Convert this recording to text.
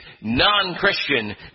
non-Christian